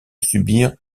subir